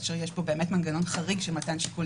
כאשר יש פה באמת מנגנון חריג של מתן שיקול